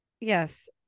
Yes